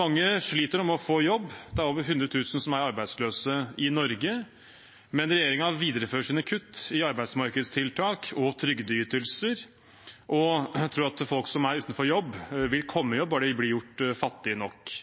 Mange sliter med å få jobb. Det er over 100 000 som er arbeidsløse i Norge. Men regjeringen viderefører sine kutt i arbeidsmarkedstiltak og trygdeytelser og tror at folk som er utenfor jobb, vil komme i jobb bare de blir gjort fattige nok.